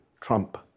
Trump